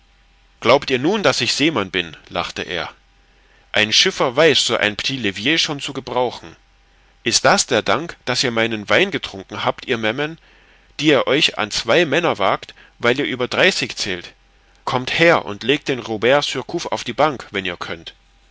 glaubt ihr nun daß ich seemann bin lachte er ein schiffer weiß so ein petit levier schon zu gebrauchen ist das der dank daß ihr meinen wein getrunken habt ihr memmen die ihr euch an zwei männer wagt weil ihr über dreißig zählt kommt her und legt den robert surcouf auf die bank wenn ihr könnt